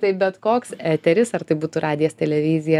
tai bet koks eteris ar tai būtų radijas televizija